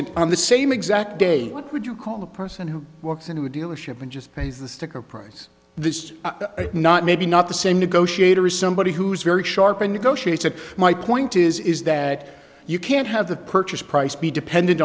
in on the same exact day what would you call the person who walks into a dealership and just pays the sticker price this is not maybe not the same negotiator is somebody who's very sharp in negotiating my point is is that you can't have the purchase price be dependent